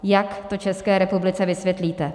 Jak to České republice vysvětlíte?